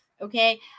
Okay